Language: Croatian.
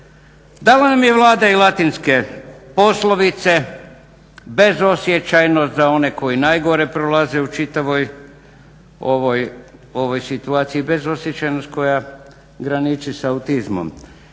Dala nam je Vlada i latinske poslovice, bezosjećajnost za one koji najgore prolaze u čitavoj ovoj situaciji, bezosjećajnost koja graniči sa autizmom